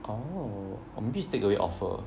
oh oh maybe is takeaway offer